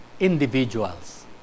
individuals